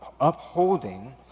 upholding